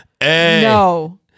No